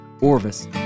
Orvis